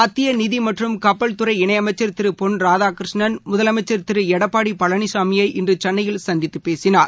மத்தியநிதிமற்றும் கப்பல் துறை இணைஅமைச்சர் திருபொன் ராதாகிருஷ்ணன் முதலமைச்சர் திருளடப்பாடிபழனிசாமியை இன்றுசென்னையில் சந்தித்துபேசினார்